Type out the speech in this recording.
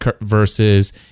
versus